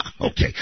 Okay